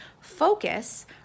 focus